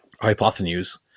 hypotenuse